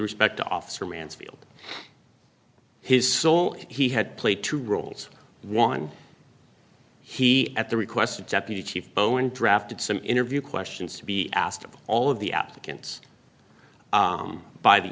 respect to officer mansfield his soul if he had played two roles one he at the request of deputy chief owen drafted some interview questions to be asked of all of the applicants by the